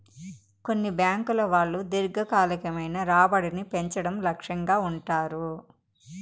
కొన్ని బ్యాంకుల వాళ్ళు దీర్ఘకాలికమైన రాబడిని పెంచడం లక్ష్యంగా ఉంటారు